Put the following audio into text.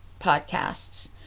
podcasts